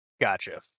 Gotcha